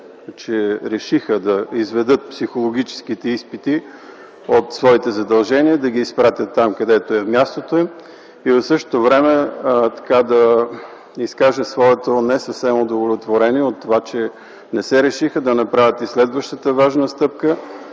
че решиха да изведат психологическите изпити от своите задължения и да ги изпратят там, където е мястото им, и в същото време да изкажа своето не съвсем удовлетворение от това, че не се решиха да направят и следващата важна стъпка,